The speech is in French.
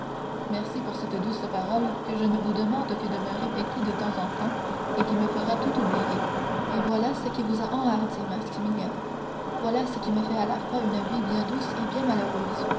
merci pour cette douce parole que je ne vous demande que de me répéter de temps en temps et qui me fera tout oublier et voilà ce qui vous a enhardi maximilien voilà ce qui me fait à la fois une vie bien douce et bien malheureuse